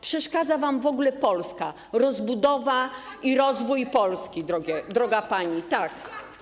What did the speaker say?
Przeszkadza wam w ogóle Polska, rozbudowa i rozwój Polski, droga pani, tak.